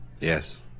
Yes